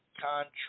contract